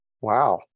Wow